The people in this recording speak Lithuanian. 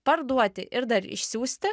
parduoti ir dar išsiųsti